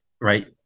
right